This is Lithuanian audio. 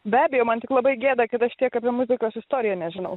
be abejo man tik labai gėda kad aš tiek apie muzikos istoriją nežinau